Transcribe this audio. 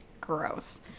Gross